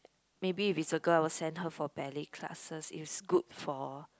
maybe if is a girl I will send her for ballet classes is good for